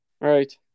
right